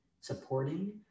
supporting